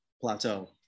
plateau